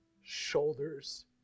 shoulders